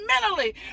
mentally